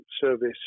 service